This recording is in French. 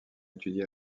étudié